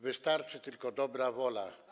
Wystarczy tylko dobra wola.